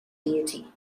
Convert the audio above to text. deity